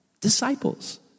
Disciples